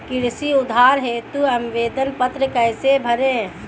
कृषि उधार हेतु आवेदन पत्र कैसे भरें?